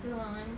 still on